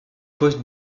poste